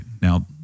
Now